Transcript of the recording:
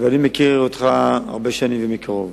ואני מכיר אותך הרבה שנים ומקרוב.